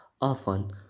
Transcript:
Often